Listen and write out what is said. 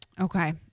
Okay